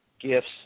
gifts